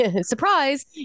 Surprise